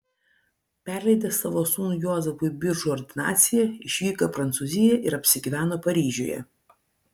perleidęs savo sūnui juozapui biržų ordinaciją išvyko į prancūziją ir apsigyveno paryžiuje